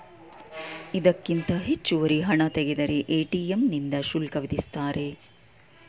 ಇದಕ್ಕಿಂತ ಹೆಚ್ಚುವರಿ ಹಣ ತೆಗೆದರೆ ಎ.ಟಿ.ಎಂ ನಿಂದ ಶುಲ್ಕ ವಿಧಿಸುತ್ತಾರೆ